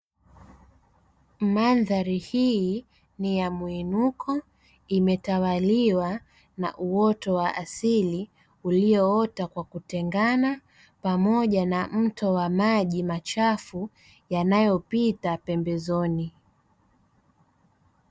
Mandhari hii ni ya mwinuko imetawaliwa na uoto wa asili, ulioota kwa kutengana pamoja na mto wa maji machafu yanayopita pembezoni.